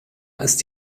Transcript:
ist